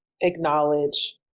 acknowledge